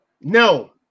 No